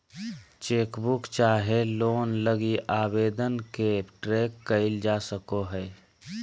chequebook चाहे loan लगी आवेदन के ट्रैक क़इल जा सको हइ